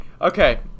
Okay